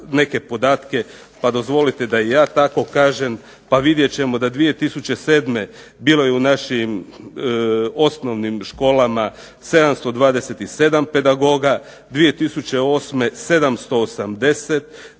neke podatke, pa dozvolite da i ja tako kažem. Pa vidjet ćemo da 2007. bilo je u našim osnovnim školama 727 pedagoga, 2008. 780,